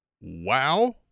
wow